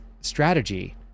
strategy